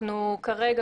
אנחנו כרגע,